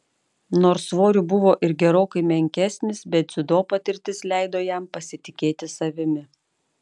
nors svoriu buvo ir gerokai menkesnis bet dziudo patirtis leido jam pasitikėti savimi